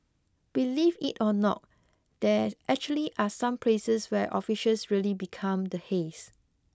believe it or not there actually are some places where officials really become the haze